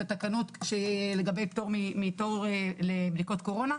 התקנות לגבי פטור מתור לבדיקות קורונה.